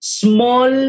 small